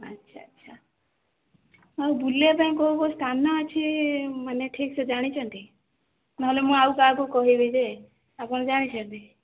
ଆଛା ଆଛା ଆଉ ବୁଲିବା ପାଇଁ କୋଉ କୋଉ ସ୍ଥାନ ଅଛି ମାନେ ଠିକସେ ଜାଣିଛନ୍ତି ନହେଲେ ମୁଁ ଆଉ କାହାକୁ କହିବି ଯେ ଆପଣ ଜାଣିଛନ୍ତି